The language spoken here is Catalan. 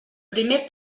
primer